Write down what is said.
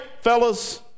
fellas